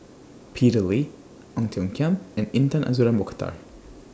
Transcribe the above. Peter Lee Ong Tiong Khiam and Intan Azura Mokhtar